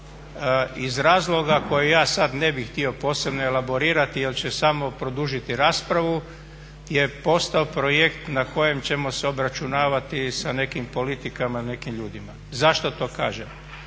iz razloga koje ja sad ne bi htio posebno elaborirati jer će samo produžiti raspravu je postao projekt na kojem ćemo se obračunavati sa nekim politikama i nekim ljudima. Zašto to kažem?